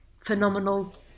phenomenal